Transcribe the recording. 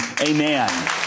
amen